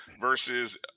versus